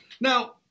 Now